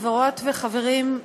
חברות וחברים,